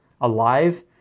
alive